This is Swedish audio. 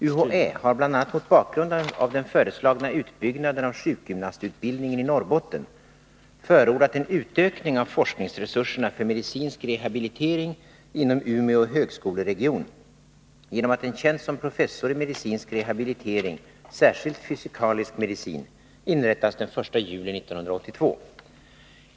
UHÄ har bl.a. mot bakgrund av den föreslagna utbyggnaden av sjukgymnastutbildningen i Norrbotten förordat en utökning av forskningsresurserna för medicinsk rehabilitering inom Umeå högskoleregion genom att en tjänst som professor i medicinsk rehabilitering, särskilt fysikalisk medicin, inrättas den 1 juli 1982.